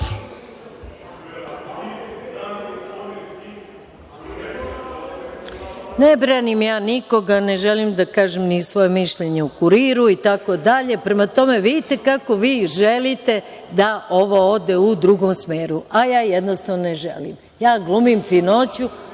branim ja nikoga, ne želim da kažem ni svoje mišljenje o „Kuriru“ itd. Prema tome, vidite vi kako želite da ovo ode u drugom smeru, a ja jednostavno ne želim. Ja glumim finoću.